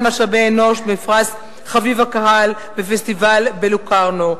משאבי אנוש" בפרס חביב הקהל בפסטיבל בלוקארנו,